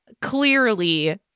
clearly